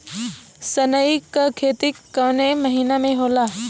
सनई का खेती कवने महीना में होला?